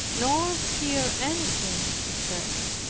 nor hear anything he said.